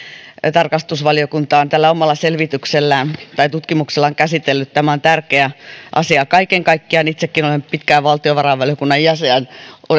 tarkastusvaliokunta on omalla tutkimuksellaan käsitellyt tämä on tärkeä asia kaiken kaikkiaan itsekin olin pitkään valtiovarainvaliokunnan jäsen ja